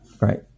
Right